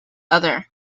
other